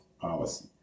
policy